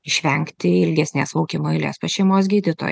išvengti ilgesnės laukimo eilės pas šeimos gydytoją